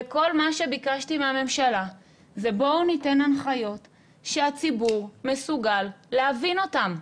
כל מה שביקשתי מהממשלה זה בואו ניתן הנחיות שהציבור מסוגל להבין אותן.